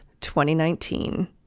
2019